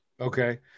Okay